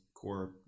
core